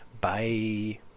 bye